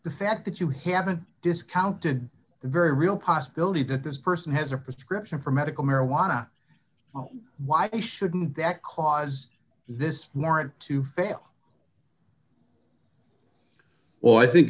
the fact that you haven't discounted the very real possibility that this person has a prescription for medical marijuana why shouldn't that cause this florida to fail or i think